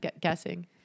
guessing